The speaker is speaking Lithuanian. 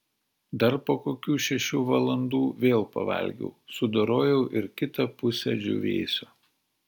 dar po kokių šešių valandų vėl pavalgiau sudorojau ir kitą pusę džiūvėsio